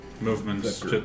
Movement's